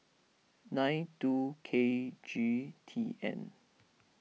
nine two K G T N